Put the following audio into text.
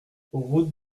route